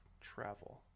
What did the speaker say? travel